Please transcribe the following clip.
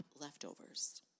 leftovers